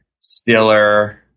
Stiller